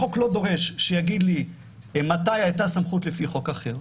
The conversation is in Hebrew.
החוק לא דורש להגיד מתי הייתה סמכות לפי חוק אחר,